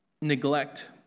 neglect